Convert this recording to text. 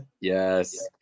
Yes